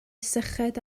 syched